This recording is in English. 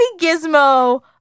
gizmo